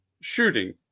shooting